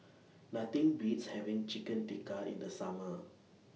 Nothing Beats having Chicken Tikka in The Summer